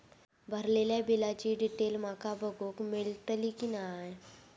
भरलेल्या बिलाची डिटेल माका बघूक मेलटली की नाय?